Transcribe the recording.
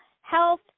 health